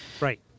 Right